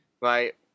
right